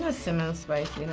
ah smell spicy